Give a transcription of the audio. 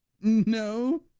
No